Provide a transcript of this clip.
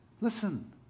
listen